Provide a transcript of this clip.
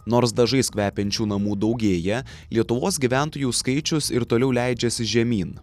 nors dažais kvepiančių namų daugėja lietuvos gyventojų skaičius ir toliau leidžiasi žemyn